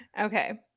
Okay